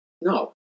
No